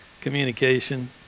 communication